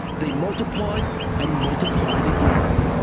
they multiplied and multiplied again.